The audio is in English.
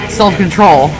self-control